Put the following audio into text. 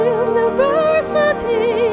university